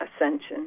ascension